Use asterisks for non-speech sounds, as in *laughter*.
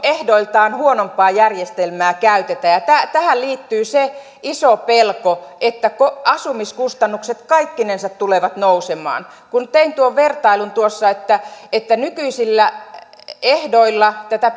ehdoiltaan huonompaa järjestelmää käytetään ja tähän liittyy se iso pelko että asumiskustannukset kaikkinensa tulevat nousemaan kun tein tuon vertailun tuossa että että nykyisillä ehdoilla tätä *unintelligible*